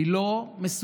היא לא מסודרת.